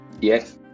Yes